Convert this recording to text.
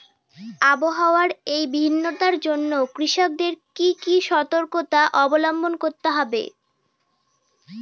আবহাওয়ার এই ভিন্নতার জন্য কৃষকদের কি কি সর্তকতা অবলম্বন করতে হবে?